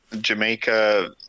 Jamaica